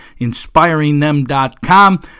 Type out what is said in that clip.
inspiringthem.com